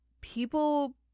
people